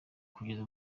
kugeza